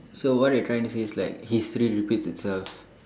so what they are trying to say is like history repeats itself